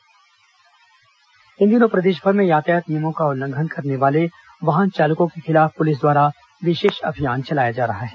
DGP यातायात checking इन दिनों प्रदेशभर में यातायात नियमों का उल्लंघन करने वाले वाहन चालकों के खिलाफ पुलिस द्वारा विशेष अभियान चलाया जा रहा है